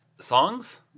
songs